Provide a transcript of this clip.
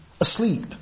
asleep